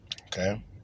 Okay